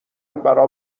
برا